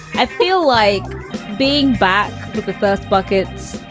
i feel like being back with the first buckets.